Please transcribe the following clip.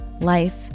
life